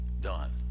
Done